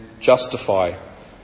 justify